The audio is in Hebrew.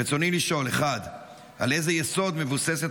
ברצוני לשאול: 1. על איזה יסוד מבוססת